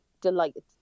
delighted